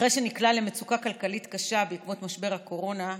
אחרי שנקלע למצוקה כלכלית קשה בעקבות משבר הקורונה רועי,